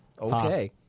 Okay